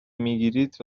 میگیرید